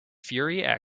fury